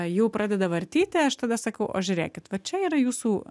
jau pradeda vartyti aš tada sakau o žiūrėkit va čia yra jūsų